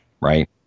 right